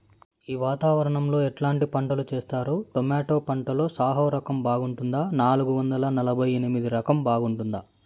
ఈ వాతావరణం లో ఎట్లాంటి పంటలు చేస్తారు? టొమాటో పంటలో సాహో రకం బాగుంటుందా నాలుగు వందల నలభై ఎనిమిది రకం బాగుంటుందా?